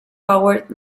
powered